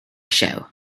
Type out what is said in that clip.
show